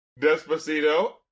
Despacito